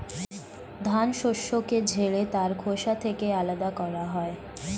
ধান শস্যকে ঝেড়ে তার খোসা থেকে আলাদা করা হয়